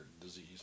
disease